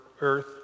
earth